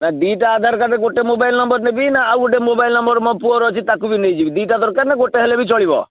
ନା ଦୁଇଟା ଆଧାର କାର୍ଡ଼ରେ ଗୋଟେ ମୋବାଇଲ୍ ନମ୍ବର ନେବି ନା ଆଉ ଗୋଟେ ମୋବାଇଲ୍ ନମ୍ବର ମୋ ପୁଅର ଅଛି ତାକୁ ବି ନେଇଯିବି ଦୁଇଟା ଦରକାର ନା ଗୋଟେ ହେଲେବି ଚଳିବ